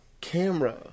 camera